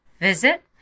visit